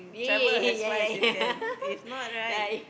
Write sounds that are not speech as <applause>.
<laughs> yeah yeah yeah yeah right